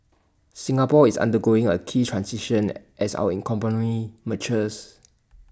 Singapore is undergoing A key transition as our in company matures